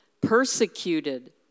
Persecuted